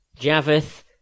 Javeth